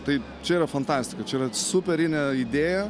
tai čia yra fantastika čia yra superinė idėja